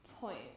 point